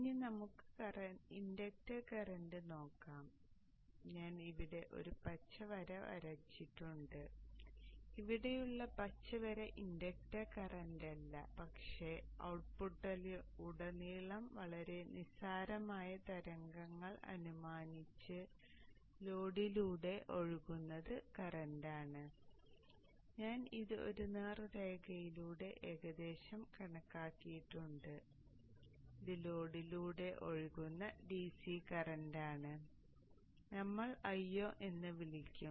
ഇനി നമുക്ക് inductor current നോക്കാം ഞാൻ ഇവിടെ ഒരു പച്ച വര വരച്ചിട്ടുണ്ട് ഇവിടെയുള്ള പച്ച വര ഇൻഡക്ടർ കറന്റല്ല പക്ഷേ ഔട്ട്പുട്ടിലുടനീളം വളരെ നിസ്സാരമായ തരംഗങ്ങൾ അനുമാനിച്ച് ലോഡിലൂടെ ഒഴുകുന്നത് കറന്റാണ് ഞാൻ ഇത് ഒരു നേർരേഖയിലൂടെ ഏകദേശം കണക്കാക്കിയിട്ടുണ്ട് ഇത് ലോഡിലൂടെ ഒഴുകുന്ന DC കറന്റാണ് അതിനെ നമ്മൾ Io എന്ന് വിളിക്കും